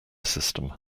system